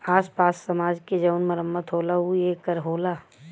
आस पास समाज के जउन मरम्मत होला ऊ ए कर होला